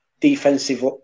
defensive